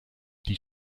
die